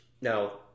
Now